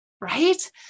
right